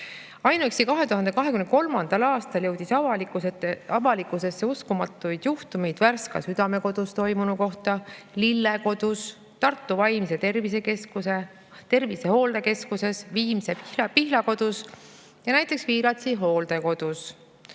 Ainuüksi 2023. aastal jõudis avalikkuseni uskumatuid juhtumeid Värska Südamekodus toimunu kohta, Lille Kodus, Tartu Vaimse Tervise Hooldekeskuses, Viimsi Pihlakodus ja näiteks Viiratsi hooldekodus.